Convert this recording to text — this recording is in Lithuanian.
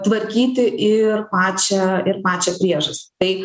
tvarkyti ir pačią ir pačią priežastį tai